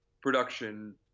production